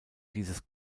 dieses